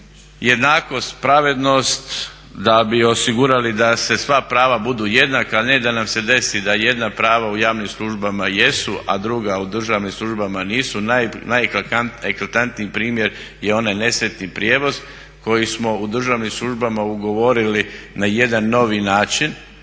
jednakost, pravednost, da bi osigurali da sva prava budu jednaka, a ne da nam se desi da jedna prava u javnim službama jesu, a druga u državnim službama nisu. Najeklatantniji primjer je onaj nesretni prijevoz koji smo u državnim službama ugovorili na jedan novi način.